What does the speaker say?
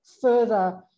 further